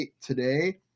today